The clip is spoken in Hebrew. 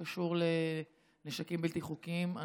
שקשור לנשקים בלתי חוקיים,